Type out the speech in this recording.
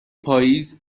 پاییز